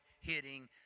hitting